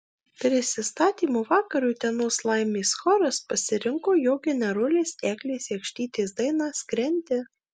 prisistatymo vakarui utenos laimės choras pasirinko jo generolės eglės jakštytės dainą skrendi